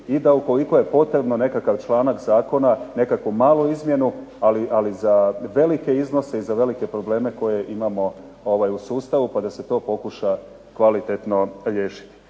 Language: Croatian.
i da ukoliko je potrebno nekakav članak zakona nekakvu malu izmjenu. Ali za velike iznose i velike probleme koje imamo u sustavu, pa da se to pokuša kvalitetno riješiti.